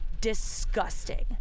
disgusting